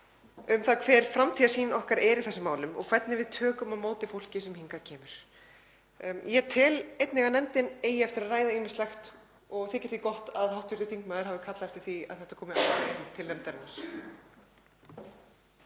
um það hver framtíðarsýn okkar er í þessum málum og hvernig við tökum á móti fólki sem hingað kemur. Ég tel einnig að nefndin eigi eftir að ræða ýmislegt og þykir því gott að hv. þingmaður hafi kallað eftir því að þetta komi aftur inn til nefndarinnar.